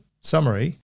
summary